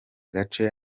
gace